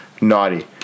Naughty